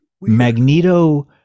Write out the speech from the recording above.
magneto